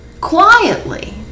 quietly